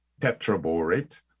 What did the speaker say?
tetraborate